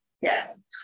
Yes